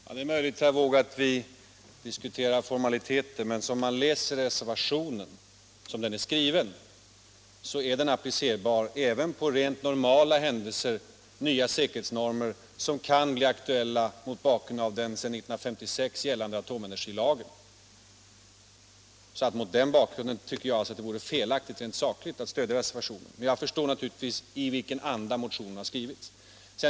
Herr talman! Det är möjligt, herr Wååg, att vi diskuterar formaliteter, men såsom reservationen är skriven är den applicerbar även på rent normala händelser — nya säkerhetsnormer t.ex. — som kan bli aktuella mot bakgrund av den sedan 1956 gällande atomenergilagen. Mot den bakgrunden vore det felaktigt rent sakligt att stödja reservationen. Men jag förstår naturligtvis i vilken anda motionen har skrivits.